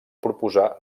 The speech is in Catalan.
proposar